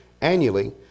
annually